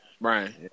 Brian